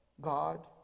God